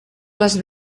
les